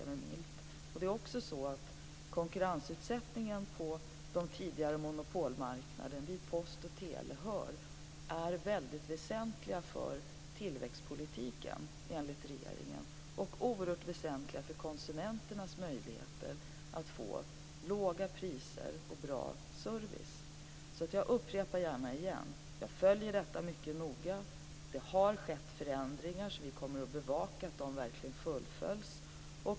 Enligt regeringen är också konkurrensutsättningen på de tidigare monopolmarknaderna, dit post och tele hör, väldigt väsentlig för tillväxtpolitiken och även för konsumenternas möjligheter att få låga priser och bra service. Jag upprepar det gärna igen: Jag följer detta mycket noga. Det har skett förändringar, och vi kommer att bevaka att de verkligen fullföljs.